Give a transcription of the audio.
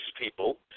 people